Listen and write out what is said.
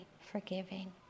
forgiving